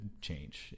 change